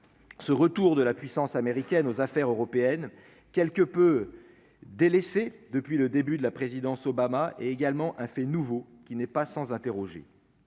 Ce retour de la puissance américaine aux Affaires européennes, quelque peu délaissé depuis le début de la présidence Obama est également hein, c'est nouveau, qui n'est pas sans interroger